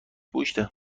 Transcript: پشته